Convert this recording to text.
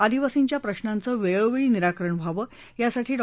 आदिवासींच्या प्रश्नांचं वेळोवेळी निराकरण व्हावं यासाठी डॉ